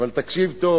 אבל תקשיב טוב.